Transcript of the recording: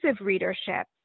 readership